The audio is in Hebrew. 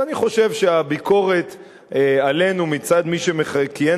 אני חושב שהביקורת עלינו מצד מי שכיהן